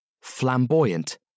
flamboyant